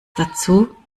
dazu